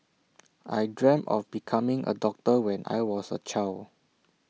I dreamt of becoming A doctor when I was A child